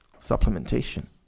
Supplementation